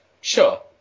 Sure